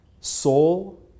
soul